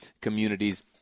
communities